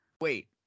wait